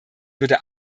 würde